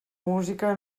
música